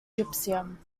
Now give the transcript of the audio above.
gypsum